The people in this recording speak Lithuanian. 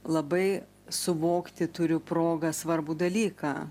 labai suvokti turiu progą svarbų dalyką